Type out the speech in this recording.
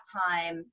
time